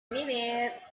minute